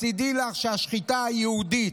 אז תדעי לך שהשחיטה היהודית